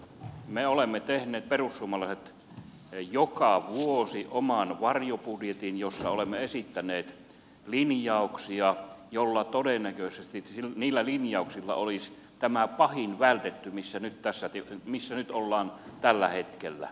me perussuomalaiset olemme tehneet joka vuosi oman varjobudjetin jossa olemme esittäneet linjauksia joilla linjauksilla todennäköisesti olisi vältetty tämä pahin missä nyt ollaan tällä hetkellä